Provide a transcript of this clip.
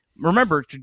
Remember